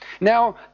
Now